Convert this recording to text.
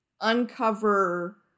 uncover